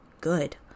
good